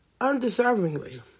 undeservingly